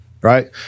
right